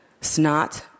Snot